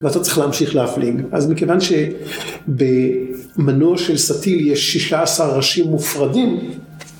ואתה צריך להמשיך להפליג, אז מכיוון שבמנוע של סטיל יש 16 ראשים מופרדים.